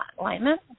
alignment